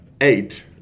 eight